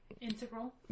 Integral